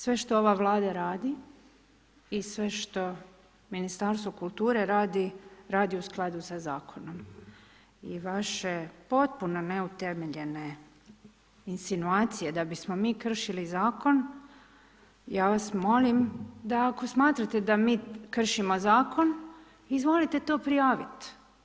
Sve što ova Vlada radi i sve što Ministarstvo kulture radi, radi u skladu sa zakonom i vaše potpuno neutemeljene insinuacije, da bismo mi kršili zakon, ja vas molim, da ako smatrate, da mi kršimo zakon, izvolite to prijaviti.